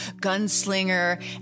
gunslinger